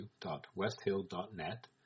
www.westhill.net